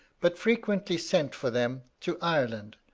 but frequently sent for them to ireland,